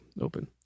open